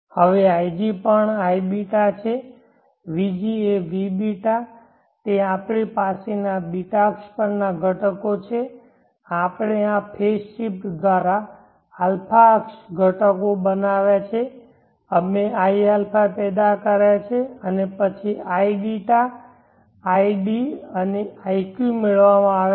હવે ig પણ iβ છે vg છે vβ તે આપણી પાસેના β અક્ષ ઘટકો છે આપણે આ ફેઝ શિફ્ટ દ્વારા α અક્ષ ઘટકો બનાવ્યાં છે અમે iα પેદા કર્યા છે અને પછી id અને iq મેળવવામાં આવ્યા છે